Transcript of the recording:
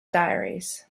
diaries